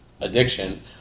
addiction